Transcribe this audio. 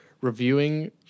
reviewing